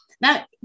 Now